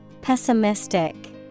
Pessimistic